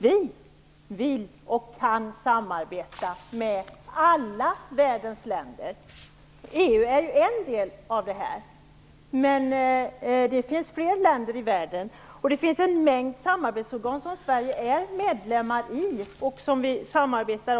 Vi vill och kan samarbeta med alla världens länder. EU är en del av världen, men det finns fler länder i världen. Det finns också en mängd samarbetsorgan som Sverige är medlem i och där vi samarbetar.